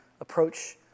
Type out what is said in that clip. approach